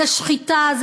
זה שחיטה,